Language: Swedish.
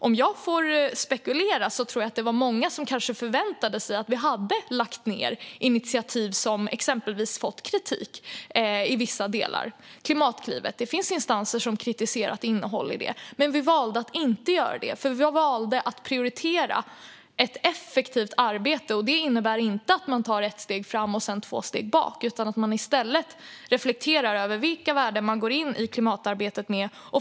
Om jag får spekulera tror jag att det var många som väntade sig att vi skulle lägga ned exempelvis sådana initiativ som fått kritik i vissa delar. Det finns ju instanser som har kritiserat innehållet i Klimatklivet. Men vi valde att inte göra det. Vi valde att prioritera ett effektivt arbete. Det innebär inte att man tar ett steg framåt och två tillbaka, utan man ska i stället reflektera över vilka värden man går in i klimatarbetet med.